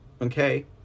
okay